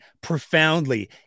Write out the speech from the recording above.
profoundly